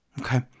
Okay